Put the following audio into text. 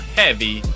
heavy